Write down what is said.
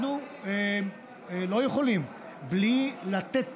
אנחנו לא יכולים בלי לתת